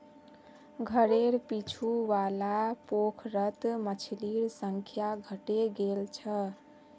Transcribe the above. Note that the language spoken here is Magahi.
घरेर पीछू वाला पोखरत मछलिर संख्या घटे गेल छ